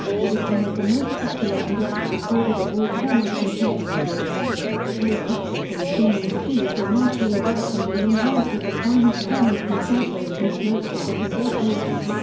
it is one of the most popular and oft-recorded of all piano concertos pace hutcheson schumann achieved a masterly work and we inherited the finest piano concerto since mozart and beethoven.